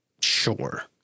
Sure